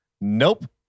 Nope